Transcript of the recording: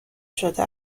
شده